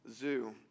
zoo